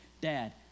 Dad